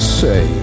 say